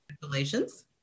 Congratulations